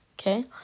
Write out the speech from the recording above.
okay